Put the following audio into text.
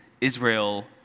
Israel